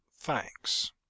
thanks